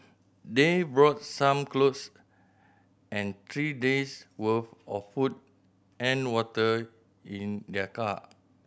they brought some cloth and three days' worth of food and water in their car